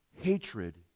hatred